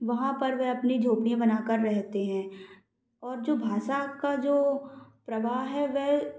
वहाँ पर वह अपनी झोपड़ियाँ बना कर रहते हैं और जो भाषा का जो प्रवाह है वह